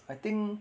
I think